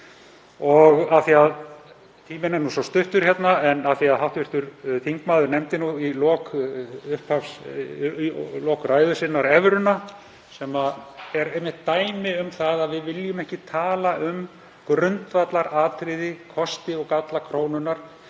og alvöruáhrif. Tíminn er nú svo stuttur hérna en af því að hv. þingmaður nefndi í lok ræðu sinnar evruna, sem er einmitt dæmi um að við viljum ekki tala um grundvallaratriði, og kosti og galla krónunnar